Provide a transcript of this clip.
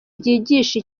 ryigisha